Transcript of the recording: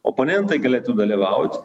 oponentai galėtų dalyvaut